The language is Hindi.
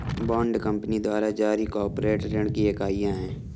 बॉन्ड कंपनी द्वारा जारी कॉर्पोरेट ऋण की इकाइयां हैं